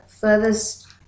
furthest